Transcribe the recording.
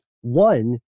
One